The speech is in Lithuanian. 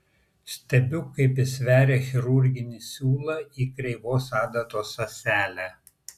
stebiu kaip jis veria chirurginį siūlą į kreivos adatos ąselę